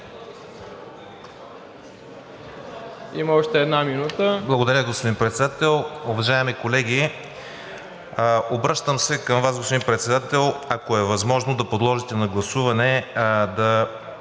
Има още една минута.